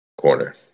corner